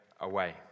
away